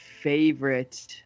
favorite